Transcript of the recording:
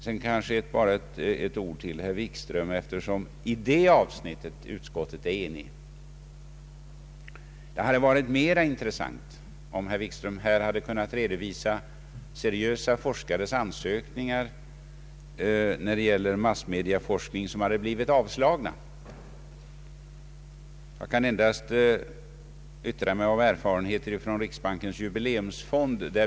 Sedan bara ett par ord till herr Wikström, eftersom utskottet i det avsnittet är enigt. Det hade varit mera intressant om herr Wikström här hade kunnat redovisa sådana ansökningar om massmediaforskning från seriösa forskare som hade blivit avslagna. Jag kan endast yttra mig om mina erfarenheter från riksbankens jublieumsfond.